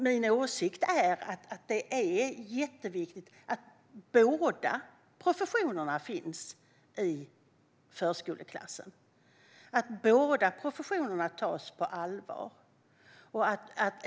Min åsikt är att det är jätteviktigt att båda professionerna finns i förskoleklassen och tas på allvar.